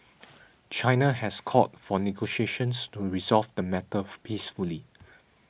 China has called for negotiations to resolve the matter peacefully